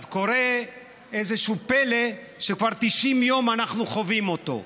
אז קורה איזשהו פלא שכבר 90 יום אנחנו חווים אותו.